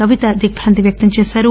కవిత దిగ్బాంతి వ్యక్తం చేశారు